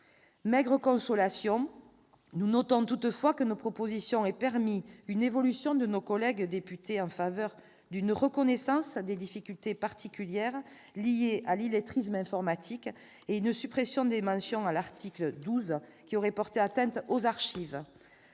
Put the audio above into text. Maigre consolation : nous notons toutefois que nos propositions ont permis une évolution de nos collègues députés en faveur d'une reconnaissance des difficultés particulières liées à l'illettrisme informatique et de la suppression des mentions à l'article 12 qui auraient porté atteinte aux archives.